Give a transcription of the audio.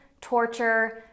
torture